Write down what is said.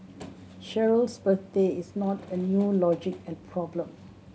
Cheryl's birthday is not a new logic problem